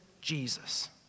Jesus